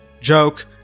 Joke